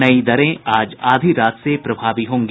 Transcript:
नई दरें आज आधी रात से प्रभावी होंगी